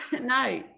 No